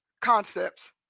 concepts